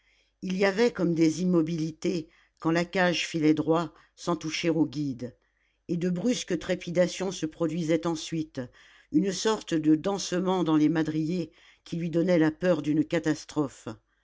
il y avait comme des immobilités quand la cage filait droit sans toucher aux guides et de brusques trépidations se produisaient ensuite une sorte de dansement dans les madriers qui lui donnait la peur d'une catastrophe